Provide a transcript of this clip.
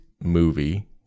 movie